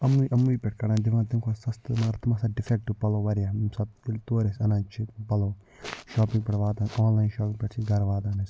إمنٕے إمنٕے پٮ۪ٹھ کَڑان دوان تَمہِ کھۄتہٕ سَستہٕ مَگر تِم آسان ڈِفیٚکٹِو پَلوٚو واریاہ ییٚمہِ ساتہٕ ییٚلہِ تورٕ أسۍ اَنان چھِ پَلوٚو شواپِنٛگ پٮ۪ٹھ واتان آنلاین شواپِنٛگ پٮ۪ٹھ چھُ اسہِ گھرٕ واتان اسہِ